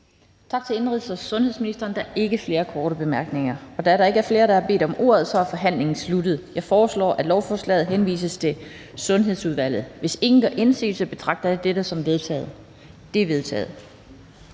Tak til indenrigs- og sundhedsministeren. Der er ikke flere korte bemærkninger. Da der ikke er flere, der har bedt om ordet, er forhandlingen sluttet. Jeg foreslår, at lovforslaget henvises til Sundhedsudvalget. Hvis ingen gør indsigelse, betragter jeg dette som vedtaget. Det er vedtaget.